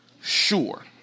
Sure